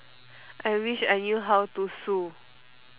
I wish I knew how to sue